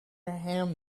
him